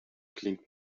klingt